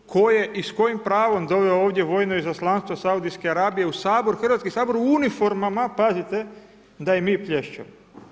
Tko je i s kojim pravom doveo ovdje vojno izaslanstvo Saudijske Arabije u Sabor, Hrvatski sabor u uniformama, pazite, da im mi plješćemo.